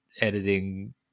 editing